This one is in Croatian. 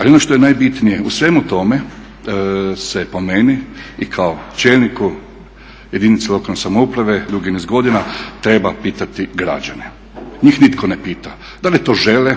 Ali ono što je najbitnije u svemu tome se po meni i kao čelniku jedinice lokalne samouprave dugi niz godina treba pitati građane. Njih nitko ne pita da li to žele,